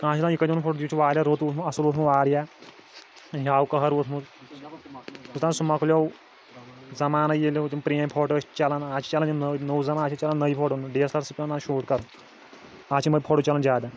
کانٛہہ چھِ دپان یہِ کَتہِ اوٚنوٗ فوٹو یہِ چھُ واریاہ رُت ووٚتھمُت اصٕل ووٚتھمُت واریاہ یاوٕ قٕہَر ووٚتھمُت یوٚتانۍ سُہ مۄکلیو زمانَے ییٚلہِ تِم پرٛٲنۍ فوٹو ٲسۍ چَلَان آز چھِ چَلَان یِم نٔو نوٚو زمانہٕ آز چھِ چَلَان نٔے فوٹو ڈی ایٚس آر سۭتۍ پیٚوان آز شوٗٹ کَرُن آز چھِ یِمَے فوٹو چَلَان زیادٕ